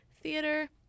theater